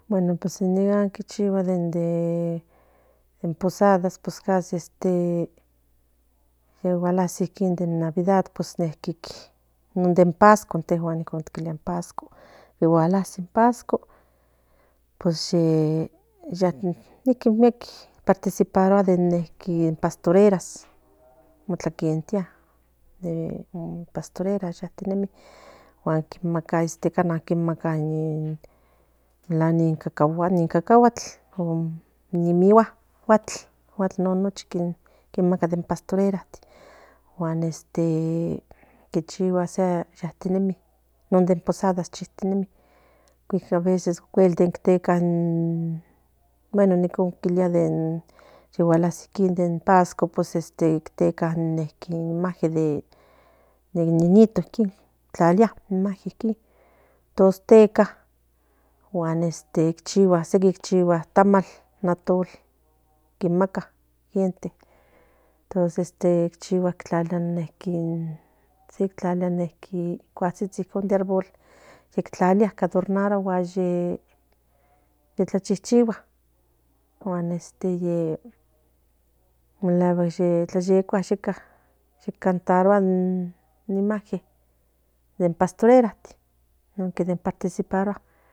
Bueno pues ichigua de pues in posadas de gulasi de navidd non de pazco gualazi pues niqui miek participaría de pastaruelas mokatenkia ma kimaka ni kakaguatl ni naguatl non nochi de pastorela tichigua chaktinemi in posadas wan aveces inteca icon kilos in pazco inteca in imagen de niñito tlalia entos teca ichigua sequi tamal atol ipaca gente entonces chigua tlalia cuitsitsi árbol ardonarua chichigua yeka cantaría in imagen de pastorelas non de participarua